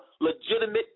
legitimate